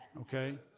okay